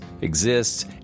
exists